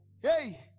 Hey